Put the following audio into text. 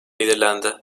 belirlendi